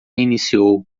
reiniciou